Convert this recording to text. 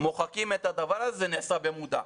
מוחקים את הדבר הזה נעשה במודע,